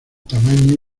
tamaño